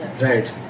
Right